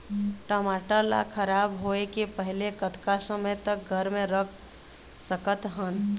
टमाटर ला खराब होय के पहले कतका समय तक घर मे रख सकत हन?